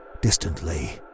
Distantly